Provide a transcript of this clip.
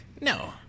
No